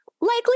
likely